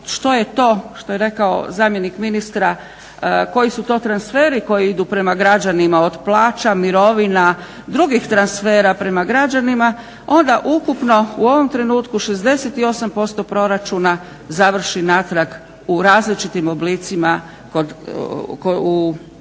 što je to što rekao zamjenik ministra koji su to transferi koji idu prema građanima, od plaća, mirovina, drugih transfera prema građanima onda ukupno u ovom trenutku 68% proračuna završi natrag u različitim oblicima kod